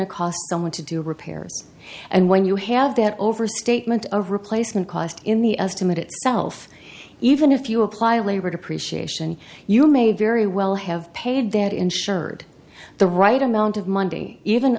to cost someone to do repairs and when you have that overstatement of replacement cost in the estimate itself even if you apply a labor depreciation you may very well have paid that insured the right amount of monday even